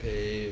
eh